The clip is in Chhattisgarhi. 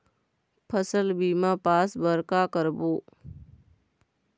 फसल बीमा पास बर का करबो?